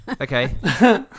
Okay